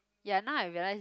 ya now I realise